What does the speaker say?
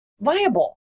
viable